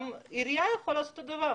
גם עירייה יכולה לעשות אותו דבר.